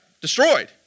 destroyed